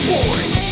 Boys